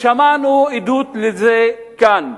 ושמענו עדות לזה כאן.